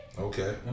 Okay